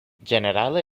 ĝenerale